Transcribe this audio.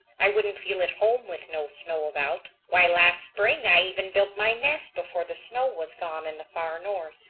i wouldn't feel at home with no snow about. why, last spring i even built my nest before the snow was gone in the far north.